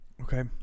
Okay